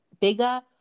bigger